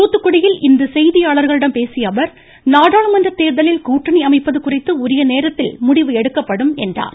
தூத்துக்குடியில் இன்று செய்தியாளர்களிடம் பேசிய அவர் நாடாளுமன்றத் தேர்தலில் கூட்டணி அமைப்பது குறித்து உரிய நேரத்தில் முடிவு எடுக்கப்படும் என்றார்